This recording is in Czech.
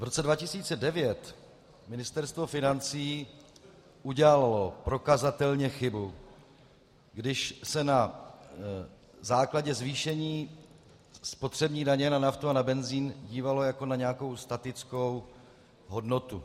V roce 2009 Ministerstvo financí udělalo prokazatelně chybu, když se na základě zvýšení spotřební daně na naftu a na benzin dívalo jako na nějakou statickou hodnotu.